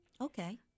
Okay